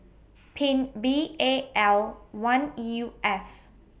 Pin B A L one U F